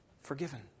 forgiven